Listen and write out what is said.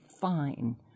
fine